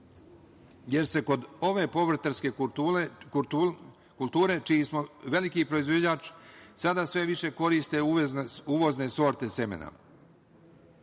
jer se kod ove povrtarske kulture čiji smo veliki proizvođač sada sve više koriste uvozne sorte semena.